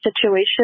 situation